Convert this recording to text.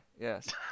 Yes